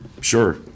sure